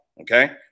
okay